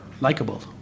likable